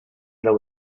there